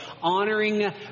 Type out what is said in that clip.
honoring